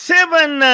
Seven